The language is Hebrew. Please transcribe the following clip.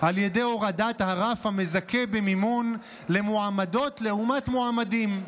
על ידי הורדת הרף המזכה במימון למועמדות לעומת מועמדים.